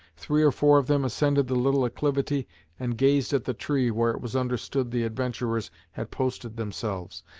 three or four of them ascended the little acclivity and gazed at the tree where it was understood the adventurers had posted themselves,